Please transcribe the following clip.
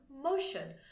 motion